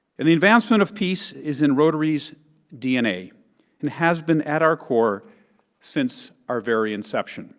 and the advancement of peace is in rotary's dna and has been at our core since our very inception